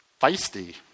feisty